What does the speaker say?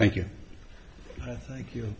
thank you thank you